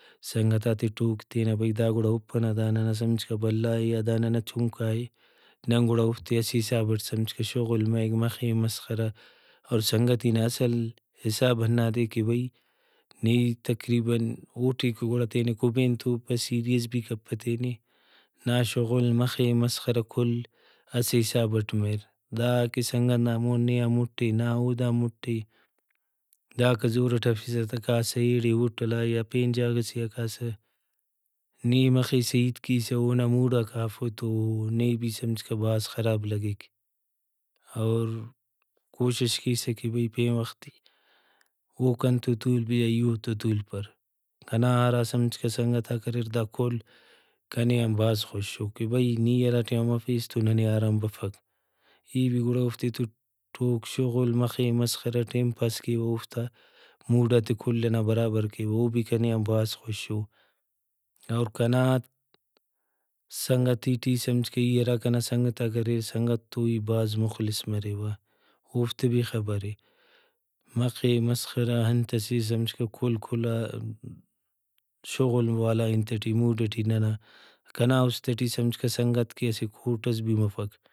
سنگتاتے ٹوک تینہ بھئی دا گڑا ہُپنہ دا ننا سمجھکہ بھلائےیا دا ننا چُھنکائے نن گڑا اوفتے اسہ حسابٹ سمجھکہ شغل مریک مخے مسخرہ اور سنگتی نا اصل حساب ہندادے کہ بھئی نی تقریباً غٹیک وڑا تینے کُبین توپہ سیریئس بھی کپہ تینے نا شغل مخے مسخرہ کل اسہ حسابٹ مریر۔ داآہاکہ سنگت نا مون نے مُٹے نا اودان مُٹے داکا زورٹ ہفسہ تہ کاسہ ایڑے ہوٹلا یا پین جاگہ سے آ کاسہ نی مخسہ ہیت کیسہ موڈاک آف او تو نے بھی سمجھکہ بھاز خراب لگیک اور کوشش کیسہ کہ بھئی پین وخت او کنتو تُولپ یا ای اوڑتو تُولپر کنا ہرا سمجھکہ سنگتاک اریر دا کل کنے آن بھاز خوشو کہ بھئی نی ہرا ٹائما مفیس تو ننے آرام بفک ای بھی گڑا اوفتے تو ٹوک شغل مخے مسخرہ ٹائم پاس کیوہ اوفتا موڈاتے کل ئنا برابر کیوہ او بھی کنے آن بھاز خوشو۔ اور کنا سنگتی ٹی سمجھکہ ای ہرا کنا سنگتاک اریر سنگت تو ای بھاز مخلص مریوہ اوفتے بھی خبرے۔ مخے مسخرہ انتسے سمجھکہ کل کھلا شغل والا انت ٹی موڈ ٹی ننا کنا اُست ٹی سمجھکہ سنگت کہ اسہ کوٹ ئس بھی مفک